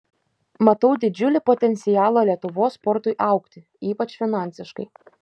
matau didžiulį potencialą lietuvos sportui augti ypač finansiškai